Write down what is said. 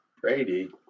Brady